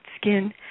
skin